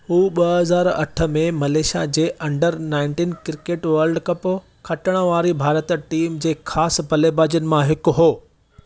हू ॿ हज़ार अठ में Malaysia under nineteen cricket world cup खटणु वारी भारत टीम जे ख़ासि बलेबाज़नि मां हिकु हुओ